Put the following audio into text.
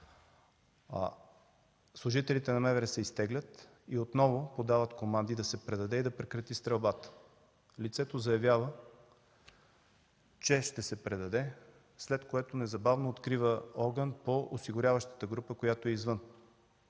Служителите на МВР се изтеглят и отново подават команди да се предаде и да прекрати стрелбата. Лицето заявява, че ще се предаде, след което незабавно открива огън по осигуряващата група, която е извън